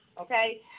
Okay